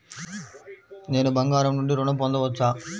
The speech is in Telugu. నేను బంగారం నుండి ఋణం పొందవచ్చా?